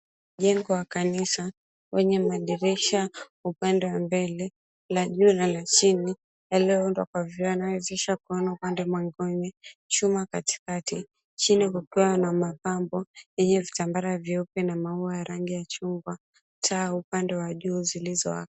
Mjengo wa kanisa wenye madirisha upande wa mbele, la juu na la chini yaliyoundwa kwa vyoo vinavyowezesha vyakuona upande mwengine, chuma kati kati chini kukiwa na mapambo yenye vitambara nyeupe na maua ya rangi ya chungwa, taa upande wa juu zilizowaka.